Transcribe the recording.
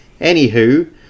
Anywho